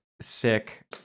sick